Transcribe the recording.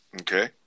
Okay